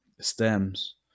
stems